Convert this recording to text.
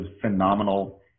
phenomenal